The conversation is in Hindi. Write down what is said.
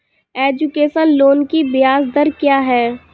एजुकेशन लोन की ब्याज दर क्या है?